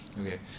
Okay